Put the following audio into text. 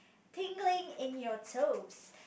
tingling in your toes